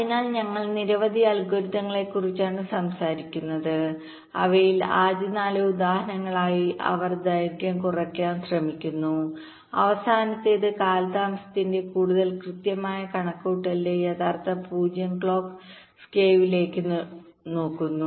അതിനാൽ ഞങ്ങൾ നിരവധി അൽഗോരിതങ്ങളെക്കുറിച്ചാണ് സംസാരിക്കുന്നത് അവയിൽ ആദ്യ 4 ഉദാഹരണമായി അവർ ദൈർഘ്യം കുറയ്ക്കാൻ ശ്രമിക്കുന്നു അവസാനത്തേത് കാലതാമസത്തിന്റെ കൂടുതൽ കൃത്യമായ കണക്കുകൂട്ടലുകളിലൂടെ യഥാർത്ഥ 0 ക്ലോക്ക് സ്കുവിലേക്ക് നോക്കുന്നു